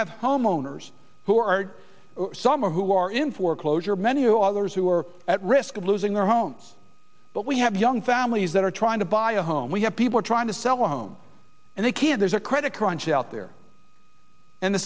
have homeowners who are somewhere who are in foreclosure many to others who are at risk of losing their homes but we have young families that are trying to buy a home we have people trying to sell a home and they can't there's a credit crunch out there and the